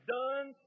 done